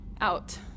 out